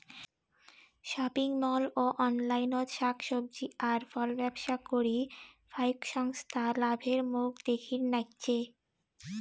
shopping mall ও অনলাইনত শাক সবজি আর ফলব্যবসা করি ফাইক সংস্থা লাভের মুখ দ্যাখির নাইগচে